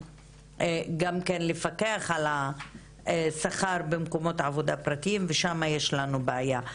גם כן לפקח על השכר במקומות עבודה פרטיים ושם יש לנו בעיה.